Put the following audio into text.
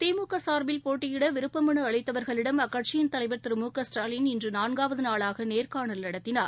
திமுக சார்பில் போட்டியிட விருப்ப மனு அளித்தவர்களிடம் அக்கட்சியின் தலைவர் திரு மு க ஸ்டாலின் இன்று நான்காவது நாளாக நேர்காணல் நடத்தினார்